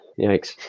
Yikes